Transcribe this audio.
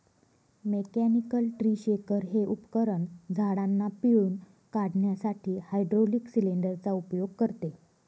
mechanical tree shaker हे उपकरण झाडांना पिळून काढण्यासाठी हायड्रोलिक सिलेंडर चा उपयोग करते